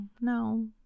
no